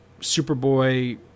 Superboy